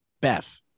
Beth